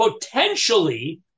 potentially